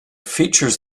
features